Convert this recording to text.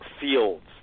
fields